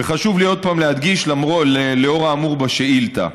וחשוב לי עוד פעם להדגיש, לנוכח האמור בשאילתה: